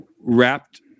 wrapped